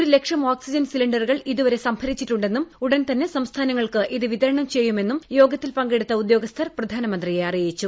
ഒരുലക്ഷം ഓക്സിജൻ സിലിണ്ടറുകൾ ഇതുവരെ സംഭരിച്ചിട്ടുണ്ടെന്നും ഉടൻതന്നെ സംസ്ഥാനങ്ങൾക്ക് ഇത് വിതരണം ചെയ്യുമെന്നും യോഗത്തിൽ പങ്കെടുത്ത ഉദ്യോഗസ്ഥർ പ്രധാനമന്ത്രിയെ അറിയിച്ചു